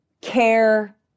care